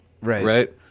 right